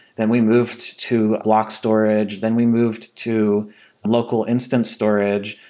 and we moved to block storage, then we moved to local instance storage,